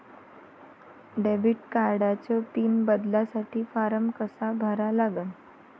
Debit कार्डचा pin बदलासाठी form कसा भरा लागन?